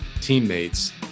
teammates